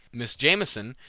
mrs. jameson,